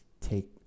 take